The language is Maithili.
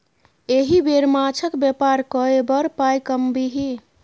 एहि बेर माछक बेपार कए बड़ पाय कमबिही